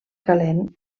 calent